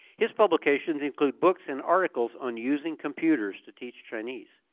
his publications include books and articles on using computers to teach chinese.